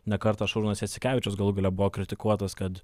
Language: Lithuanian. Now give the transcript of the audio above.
ne kartą šarūnas jasikevičius galų gale buvo kritikuotas kad